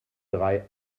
drei